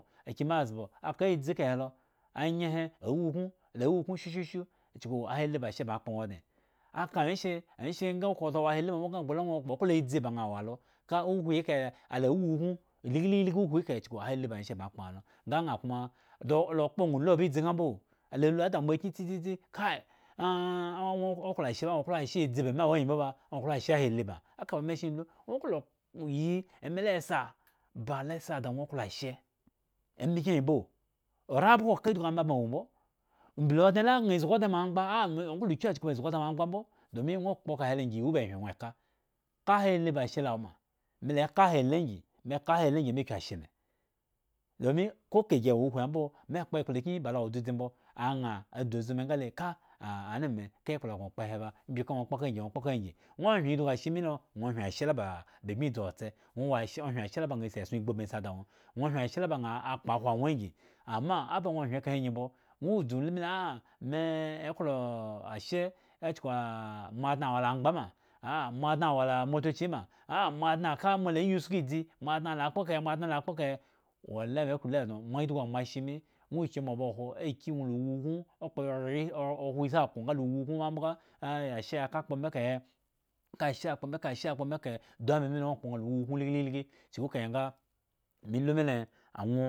Akyimezbo akadzi ekahe lo, anyehe awukun la wukun shushushu chuku ahali ba ashe baŋ akpo ŋha odŋe aka awyenshe awyenshe nga kasa wo ahahi ma mbo nga ŋwo basalu ŋwo klo adzi ba ŋha wo lalo, ka uhuhi hekahe la awakun awukun lgi lgi lgi, uhuhi kahe chuku ahahi ba awyenshe baŋ akpo ŋha lo, nga ŋha koma do kpo ŋha lu ba idzi nga mbo ala lu ada moakyin tsitsitsi kai ah aŋwo klo ash aŋwo klo ashe adzi ba me awo angyi mbo ba, aŋwo klo ashe ahahi baŋ aka ba me sheŋ lu, ŋwo klo yi ŋme la sa da ŋwo klo ashe emekyin angyi mbo ka rabhgo ka idhgu ana baŋ awu mbo mbli odŋe la ŋha zgi odŋe moamgba ŋwo klo kyu ŋha chuku baŋ zgi odŋe moamgba, bo domi ŋwo kpo kahe lo angyi iwu ba hyen ŋwo ka, ka hali ba ashelo woma, mela ka hali angyi meka ahahi angyi me kyu ashe me domi ko kagi wo uhuhi ambo me kpo ekplakyin balo awo dzudzi mbo aŋha adzu azu me nga le ka ah anumo me ka ekpla gŋo kpo he ba imbi ŋwo kpo ka he angyi ŋwo kpokahe angyi ŋwo hyen idhgu ashe milo ŋwo hyen ashe laba ba bmi dzu otse, ŋwo wa ashela ŋwo hyen ashe laba ŋha akpo hwo aŋwo angyi ama inde baŋwo hyen kahe angyi mbo ŋwo dzu lu mile meklo ashe ochuku amo odŋa awo ta angba ma aa, mo adŋa awo la motochi ma aa, mo adŋa ah ka moala yi usku idzi mo adŋa la kpo kahe, moadŋa la kpo kahe wole me klo lu edŋo mo idhgu moashe mi ŋwo kyu mo ba hwo aki ŋwo la wukun okpo yhres hwo isi ako nga la wukun mbabhga a ya ashehe ka kpo me ekahe ka ashe he kpo mekahe ka ashe he kpo mekahe don ama milo ŋwo kpo nga la wukun lgilgilgi chuku kahe nga melu mile aŋwo.